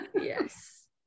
Yes